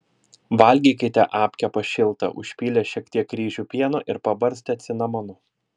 valgykite apkepą šiltą užpylę šiek tiek ryžių pieno ir pabarstę cinamonu